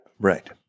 Right